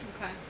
Okay